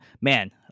man